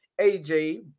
AJ